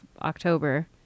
October